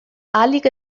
ahalik